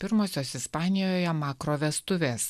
pirmosios ispanijoje makrovestuvės